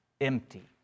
empty